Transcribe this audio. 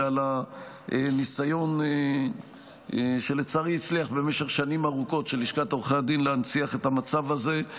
ועל הניסיון של לשכת עורכי הדין להנציח את המצב הזה,